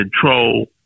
control